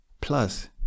plus